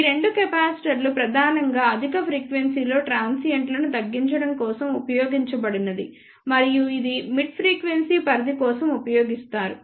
ఈ రెండు కెపాసిటర్లు ప్రధానంగా అధిక ఫ్రీక్వెన్సీ లో ట్రాన్సియెంట్లను తగ్గించడం కోసం ఉపయోగించబడినది మరియు ఇది మిడ్ ఫ్రీక్వెన్సీ పరిధి కోసం ఉపయోగిస్తారు